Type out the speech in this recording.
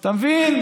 אתה מבין?